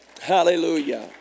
Hallelujah